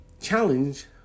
challenge